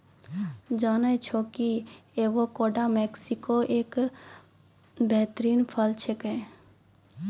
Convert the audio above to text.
जानै छौ कि एवोकाडो मैक्सिको के एक बेहतरीन फल छेकै